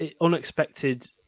unexpected